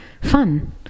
fun